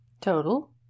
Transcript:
total